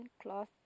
cloth